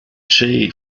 chi